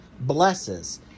blesses